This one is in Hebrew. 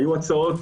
היו הצעות